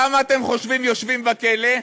כמה אתם חושבים יושבים בכלא?